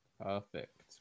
Perfect